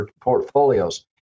portfolios